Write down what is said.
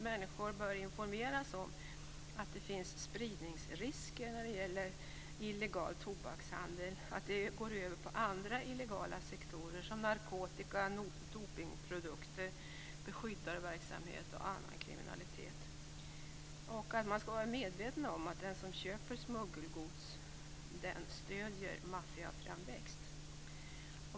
Människor bör informeras om att risken finns när det gäller illegal tobakshandel att det sker en spridning till andra illegala sektorer som narkotika, dopningsprodukter, beskyddarverksamhet och annan kriminalitet. Man skall vara medveten om att den som köper smuggelgods stöder maffians framväxt.